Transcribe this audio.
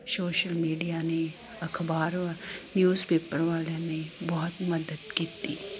social media ਨੇ ਅਖ਼ਬਾਰ ਵਾ ਨਿਊਸ ਪੇਪਰ ਵਾਲਿਆਂ ਨੇ ਬਹੁਤ ਮਦਦ ਕੀਤੀ